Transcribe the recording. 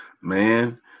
man